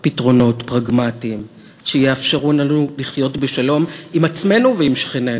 פתרונות פרגמטיים שיאפשרו לנו לחיות בשלום עם עצמנו ועם שכנינו.